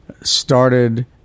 started